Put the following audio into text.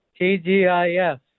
TGIF